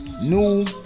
New